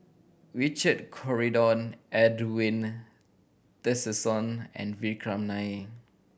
Richard Corridon Edwin Tessensohn and Vikram Nair